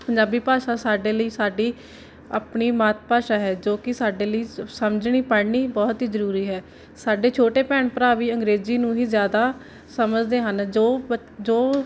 ਪੰਜਾਬੀ ਭਾਸ਼ਾ ਸਾਡੇ ਲਈ ਸਾਡੀ ਆਪਣੀ ਮਾਤ ਭਾਸ਼ਾ ਹੈ ਜੋ ਕਿ ਸਾਡੇ ਲਈ ਸ ਸਮਝਣੀ ਪੜ੍ਹਨੀ ਬਹੁਤ ਹੀ ਜ਼ਰੂਰੀ ਹੈ ਸਾਡੇ ਛੋਟੇ ਭੈਣ ਭਰਾ ਵੀ ਅੰਗਰੇਜ਼ੀ ਨੂੰ ਹੀ ਜ਼ਿਆਦਾ ਸਮਝਦੇ ਹਨ ਜੋ ਬਚ ਜੋ